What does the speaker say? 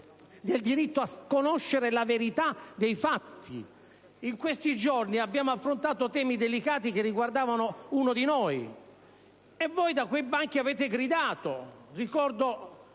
il diritto a conoscere la verità dei fatti. In questi giorni abbiamo affrontato temi delicati che riguardavano uno di noi, e voi da quei banchi avete gridato. Ricordo